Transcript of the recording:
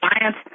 science